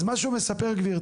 אז מה שהוא מספר גברתי.